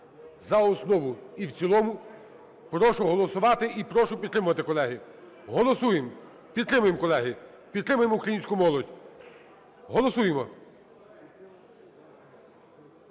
за основу і в цілому. Прошу голосувати і прошу підтримати, колеги. Голосуємо. Підтримуємо, колеги. Підтримуємо українську молодь. Голосуємо.